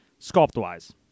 sculpt-wise